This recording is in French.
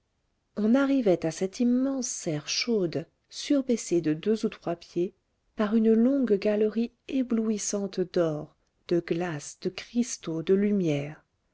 on arrivait à cette immense serre chaude surbaissée de deux ou trois pieds par une longue galerie éblouissante d'or de glaces de cristaux de lumières